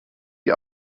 die